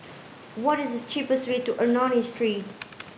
what is the cheapest way to Ernani Street